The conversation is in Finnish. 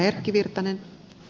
arvoisa puhemies